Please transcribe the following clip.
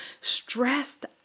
stressed